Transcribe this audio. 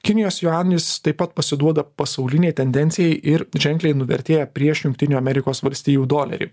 kinijos juanis taip pat pasiduoda pasaulinei tendencijai ir ženkliai nuvertėja prieš jungtinių amerikos valstijų dolerį